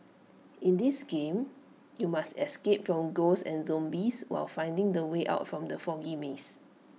in this game you must escape from ghosts and zombies while finding the way out from the foggy maze